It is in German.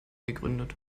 gegründet